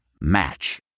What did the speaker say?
Match